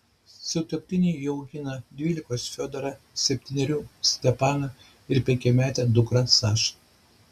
sutuoktiniai jau augina dvylikos fiodorą septynerių stepaną ir penkiametę dukrą sašą